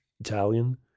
Italian